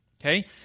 Okay